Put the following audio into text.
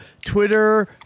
Twitter